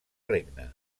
regne